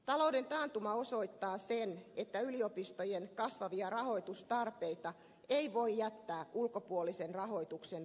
talouden taantuma osoittaa sen että yliopistojen kasvavia rahoitustarpeita ei voi jättää ulkopuolisen rahoituksen varaan